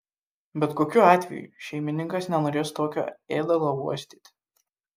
bet kokiu atveju šeimininkas nenorės tokio ėdalo uostyti